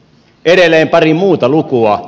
edelleen pari muuta lukua